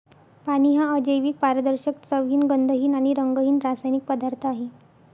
पाणी हा अजैविक, पारदर्शक, चवहीन, गंधहीन आणि रंगहीन रासायनिक पदार्थ आहे